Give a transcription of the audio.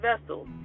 vessels